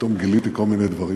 פתאום גיליתי כל מיני דברים.